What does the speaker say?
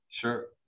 Sure